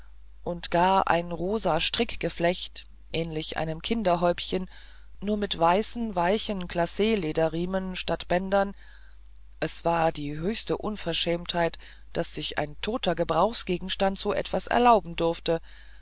und gar in rosa strickgeflecht ähnlich einem kinderhäubchen nur mit weißen weichen glaclederriemen statt bändern es war die höchste unverschämtheit daß sich ein toter gebrauchsgegenstand so etwas erlauben durfte